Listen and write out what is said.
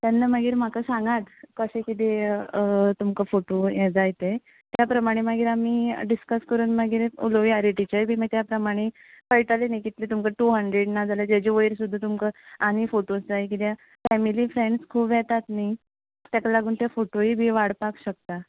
तेन्ना मागीर म्हाका सांगात कशें कितें तुमकां फोटो हें जाय ते त्या प्रमाणें मागीर आमी डिसकस करून मागीर उलोवय रेटीचे बी मागीर त्या प्रमाणे कळटले न्ही तुमकां टू हंड्रेड नाजाल्यार ताचे वयर सुद्दां तुमकां आनी फोटोज जाय कित्या फॅमेली फ्रेंड्स खूब येतात न्ही ताका लागून ते फोटोय बी वाडपाक शकता